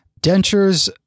dentures